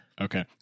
Okay